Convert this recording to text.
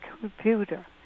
computer